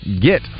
get